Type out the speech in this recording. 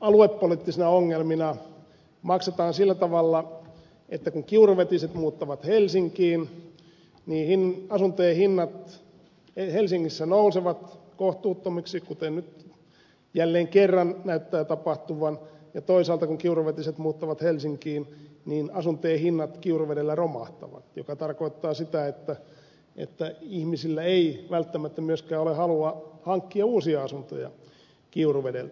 aluepoliittisina ongelmina maksetaan sillä tavalla että kun kiuruvetiset muuttavat helsinkiin niin asuntojen hinnat helsingissä nousevat kohtuuttomiksi kuten nyt jälleen kerran näyttää tapahtuvan ja toisaalta kun kiuruvetiset muuttavat helsinkiin niin asuntojen hinnat kiuruvedellä romahtavat mikä tarkoittaa sitä että ihmisillä ei välttämättä myöskään ole halua hankkia uusia asuntoja kiuruvedeltä